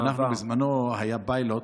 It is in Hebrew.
בזמנו היה פיילוט,